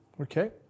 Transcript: okay